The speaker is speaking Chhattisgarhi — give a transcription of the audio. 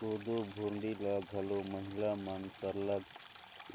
कोदो भुरडी ल घलो महिला मन सरलग